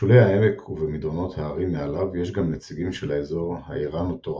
בשולי העמק ובמדרונות ההרים מעליו יש גם נציגים של האזור האירנו-טורני,